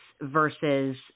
versus